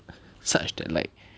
such that like